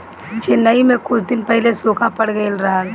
चेन्नई में कुछ दिन पहिले सूखा पड़ गइल रहल